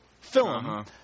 film